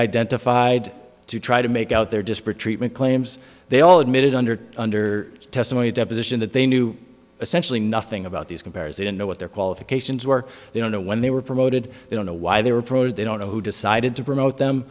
identified to try to make out their disparate treatment claims they all admitted under under testimony deposition that they knew essentially nothing about these compares they didn't know what their qualifications were they don't know when they were promoted they don't know why they were promoted they don't know who decided to promote them